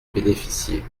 bénéficier